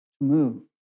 move